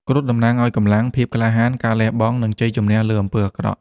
គ្រុឌតំណាងឱ្យកម្លាំង ភាពក្លាហាន ការលះបង់ និងជ័យជំនះលើអំពើអាក្រក់។